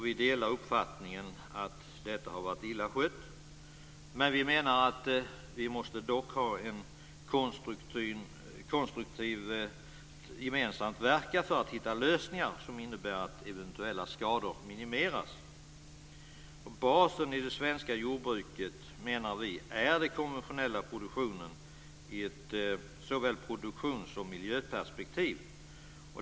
Vi delar uppfattningen att detta har varit illa skött, men vi menar att vi dock konstruktivt måste verka gemensamt för att hitta lösningar som innebär att eventuella skador minimeras. Basen i det svenska jordbruket menar vi är den konventionella produktionen i produktions såväl som miljöperspektiv.